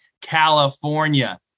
California